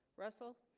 russell